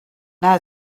nac